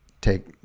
take –